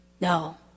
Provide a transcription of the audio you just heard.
No